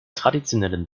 traditionellen